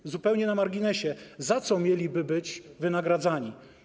Tak zupełnie na marginesie, za co mieliby być wynagradzani?